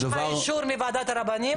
יש לך אישור מוועדת הרבנים?